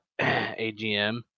AGM